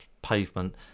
pavement